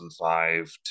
2005